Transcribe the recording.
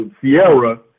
Sierra